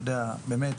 באמת,